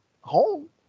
home